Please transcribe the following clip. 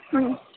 હમ